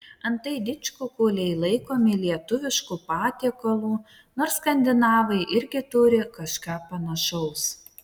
antai didžkukuliai laikomi lietuvišku patiekalu nors skandinavai irgi turi kažką panašaus